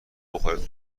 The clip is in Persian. بخوره